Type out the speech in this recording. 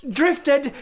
drifted